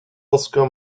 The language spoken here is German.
oscar